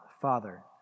Father